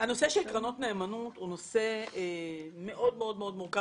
הנושא של קרנות נאמנות הוא נושא מאוד מאוד מורכב.